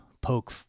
poke